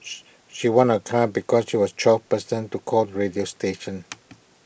she won A car because she was twelfth person to call the radio station